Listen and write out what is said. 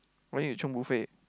why need to chiong buffet